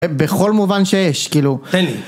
בכל מובן שיש, כאילו,